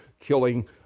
killing